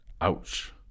Ouch